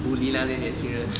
bully 那些年轻人